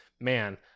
man